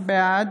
בעד